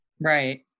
Right